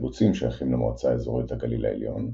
הקיבוצים שייכים למועצה האזורית הגליל העליון,